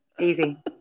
easy